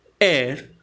air